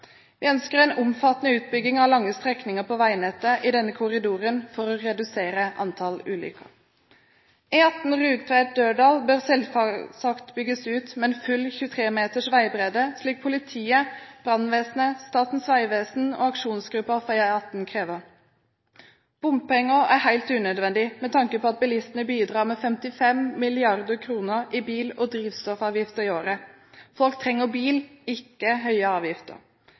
Vi ønsker en omfattende utbygging av lange strekninger på veinettet i denne korridoren for å redusere antall ulykker. E18 Rugtvedt–Dørdal bør selvsagt bygges ut med full 23 meters veibredde, slik politiet, brannvesenet, Statens vegvesen og aksjonsgruppen for E18 krever. Bompenger er helt unødvendig, med tanke på at bilistene bidrar med 55 mrd. kr i bil- og drivstoffavgifter i året. Folk trenger bil, ikke høye avgifter.